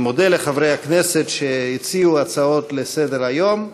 אני מודה לחברי הכנסת שהציעו הצעות לסדר-היום.